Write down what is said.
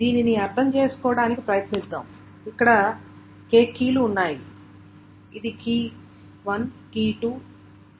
దీనిని అర్థం చేసుకోవడానికి ప్రయత్నిద్దాం ఈ k కీలు ఉన్నాయి ఇది key1 key2